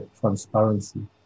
transparency